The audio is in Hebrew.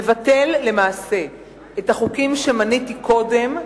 מבטל למעשה את החוקים שמניתי קודם,